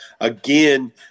again